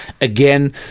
Again